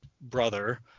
brother